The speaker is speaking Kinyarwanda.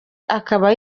akaba